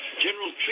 General